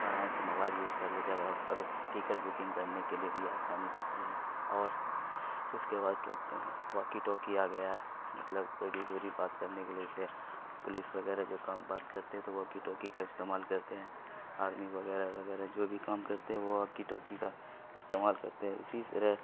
آرام سے mobile use کر لیتے ہیں اگر ہم ابھی ٹکٹ بکنگ کرنے کے لیے بھی آسانی پڑتی ہے اور اس کے بعد تو واکی ٹوکی آ گیا ہے مطلب کوئی ضروری بات کرنے کے لیے جیسے پولیس وغیرہ جو کام بات کرتے ہیں تو واکی ٹوکی کا استعمال کرتے ہیں آرمی وغیرہ وغیرہ جو بھی کام کرتے ہیں وہ واکی ٹوکی کا استعمال کرتے ہیں اسی طرح